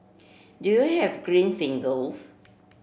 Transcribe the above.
do you have green fingers